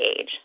age